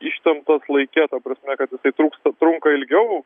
ištemptas laike ta prasme kad jisai trūksta trunka ilgiau